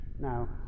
Now